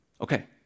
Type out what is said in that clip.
Okay